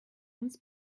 uns